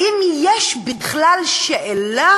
האם יש בכלל שאלה